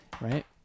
right